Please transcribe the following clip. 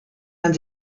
man